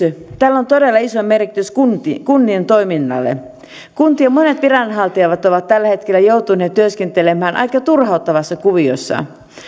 tällä esityksellä on todella iso merkitys kuntien kuntien toiminnalle kuntien monet viranhaltijat ovat tällä hetkellä joutuneet työskentelemään aika turhauttavassa kuviossa